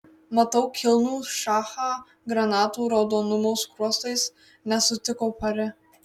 matau kilnų šachą granatų raudonumo skruostais nesutiko pari